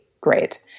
great